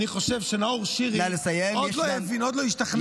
אני חושב שנאור שירי עוד לא הבין, עוד לא השתכנע.